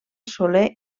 soler